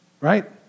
Right